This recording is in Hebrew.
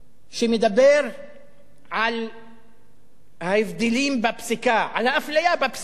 שמדבר על ההבדלים בפסיקה, על האפליה בבדיקה.